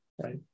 right